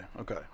Okay